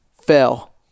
fell